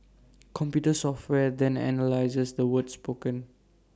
computer software then analyses the words spoken